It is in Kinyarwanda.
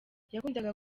yakundaga